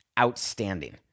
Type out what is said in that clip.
Outstanding